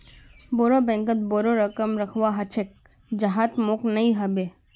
बोरो बैंकत बोरो रकम रखवा ह छेक जहात मोक नइ ह बे